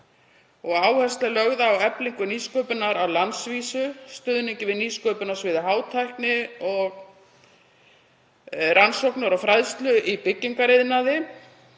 Áhersla er lögð á eflingu nýsköpunar á landsvísu, stuðning við nýsköpun á sviði hátækni og rannsóknir og fræðslu í byggingariðnaði.